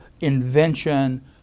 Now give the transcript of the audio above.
invention